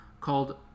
called